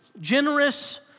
Generous